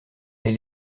est